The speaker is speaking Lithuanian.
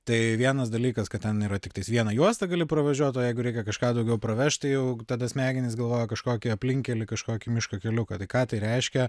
tai vienas dalykas kad ten yra tiktais viena juosta gali pravažiuot o jeigu reikia kažką daugiau pravežt tai jau tada smegenys galvoja kažkokį aplinkkelį kažkokį miško keliuką ką tai reiškia